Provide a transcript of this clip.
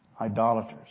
idolaters